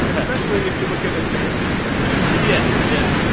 especially if you look at advanced ticket sales yeah, yeah.